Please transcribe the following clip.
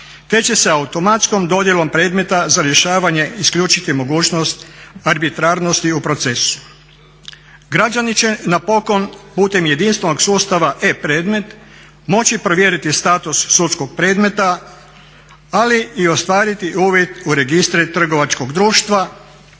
te će se automatskom dodjelom predmeta za rješavanje isključiti mogućnost arbitrarnosti u procesu. Građani će na poklon putem jedinstvenog sustava e-predmet moći provjeriti status sudskog predmeta ali i ostvariti uvid u registre trgovačkog društva